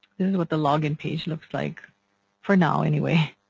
this is what the log in page looks like for now anyway.